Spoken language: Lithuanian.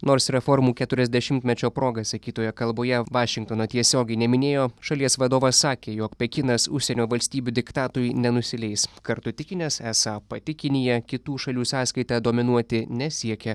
nors reformų keturiasdešimtmečio proga sakytoje kalboje vašingtono tiesiogiai neminėjo šalies vadovas sakė jog pekinas užsienio valstybių diktatui nenusileis kartu tikinęs esą pati kinija kitų šalių sąskaita dominuoti nesiekia